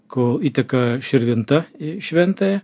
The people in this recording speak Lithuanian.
kol įteka širvinta į šventąją